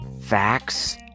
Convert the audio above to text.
facts